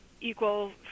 equal